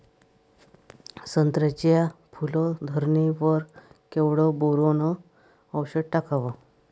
संत्र्याच्या फूल धरणे वर केवढं बोरोंन औषध टाकावं?